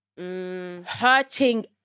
Hurting